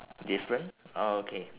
different oh okay